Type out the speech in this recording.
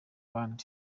bandi